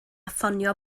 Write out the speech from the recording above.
ffonio